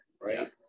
Right